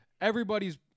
everybody's